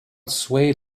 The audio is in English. swayed